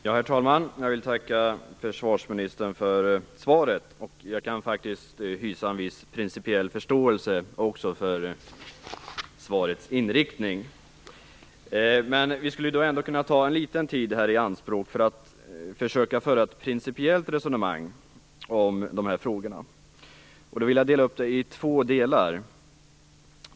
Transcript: Herr talman! Jag vill tacka försvarsministern för svaret. Jag kan faktiskt hysa en viss principiell förståelse också för svarets innehåll. Men vi skulle kanske ändå kunna ta litet tid i anspråk för att försöka föra ett principiellt resonemang om de här frågorna. Jag vill då dela upp det i två delar.